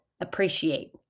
appreciate